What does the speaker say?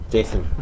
Jason